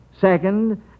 second